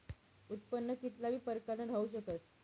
उत्पन्न कित्ला बी प्रकारनं राहू शकस